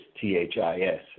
T-H-I-S